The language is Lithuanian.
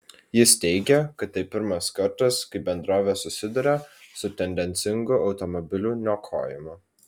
jis teigė kad tai pirmas kartas kai bendrovė susiduria su tendencingu automobilių niokojimu